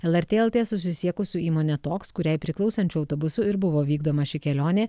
lrt lt susisiekus su įmone toks kuriai priklausančiu autobusu ir buvo vykdoma ši kelionė